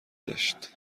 داشت